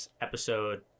episode